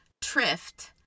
Trift